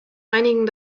einigen